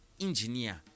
engineer